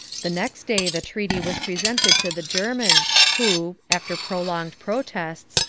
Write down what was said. the next day the treaty was presented to the germans who, after prolonged protests,